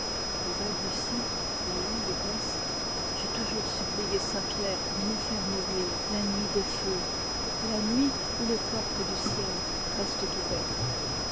elle balbutie la langue épaisse j'ai toujours supplié saint pierre de me faire mourir la nuit des feux la nuit où les portés du ciel restent ouvertes